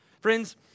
Friends